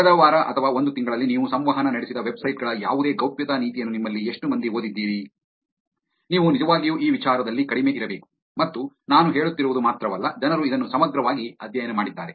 ಕಳೆದ ವಾರ ಅಥವಾ ಒಂದು ತಿಂಗಳಲ್ಲಿ ನೀವು ಸಂವಹನ ನಡೆಸಿದ ವೆಬ್ಸೈಟ್ ಗಳ ಯಾವುದೇ ಗೌಪ್ಯತಾ ನೀತಿಯನ್ನು ನಿಮ್ಮಲ್ಲಿ ಎಷ್ಟು ಮಂದಿ ಓದಿದ್ದೀರಿ ನೀವು ನಿಜವಾಗಿಯೂ ಈ ವಿಚಾರದಲ್ಲಿ ಕಡಿಮೆ ಇರಬೇಕು ಮತ್ತು ನಾನು ಹೇಳುತ್ತಿರುವುದು ಮಾತ್ರವಲ್ಲ ಜನರು ಇದನ್ನು ಸಮಗ್ರವಾಗಿ ಅಧ್ಯಯನ ಮಾಡಿದ್ದಾರೆ